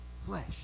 flesh